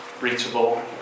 reachable